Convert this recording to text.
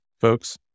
folks